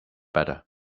better